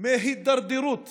להידרדרות